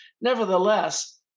nevertheless